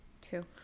Two